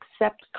accept